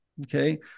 Okay